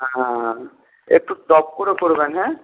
হ্যাঁ একটু টক করে করবেন হ্যাঁ